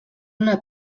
una